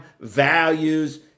values